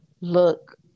look